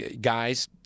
guys